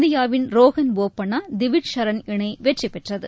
இந்தியாவின் ரோஹன் போபண்ணா திவிஜ் ஷரண் இணை வெற்றிபெற்றது